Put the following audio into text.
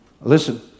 listen